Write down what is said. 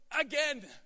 again